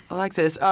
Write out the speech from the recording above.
alexis.